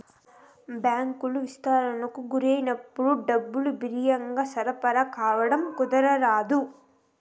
బ్యాంకులు విస్తరణకు గురైనప్పుడు డబ్బులు బిరిగ్గా సరఫరా కావడం కుదరదు